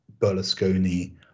Berlusconi